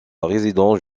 résidence